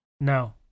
No